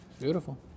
Beautiful